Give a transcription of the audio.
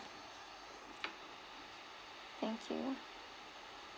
thank you